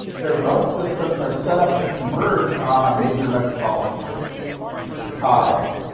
their road systems are set up to converge on a major metropolitan area chicago,